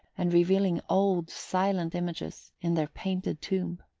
and revealing old silent images in their painted tomb.